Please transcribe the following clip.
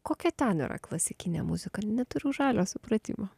kokia ten yra klasikinė muzika neturiu žalio supratimo